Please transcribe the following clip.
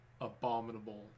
abominable